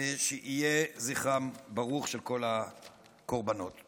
יהא זכרם של הקורבנות ברוך.